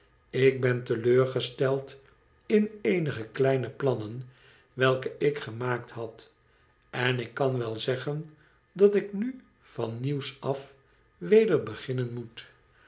ik ben te leur gesteld m eenige kleine plannen welke ik gemaakt had en ik kan wel zeggen dat ik nu van nieuws af weder beginnen moet